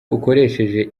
ukoresheje